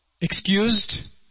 Excused